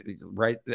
Right